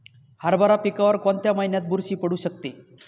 हरभरा पिकावर कोणत्या महिन्यात बुरशी पडू शकते?